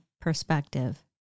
perspective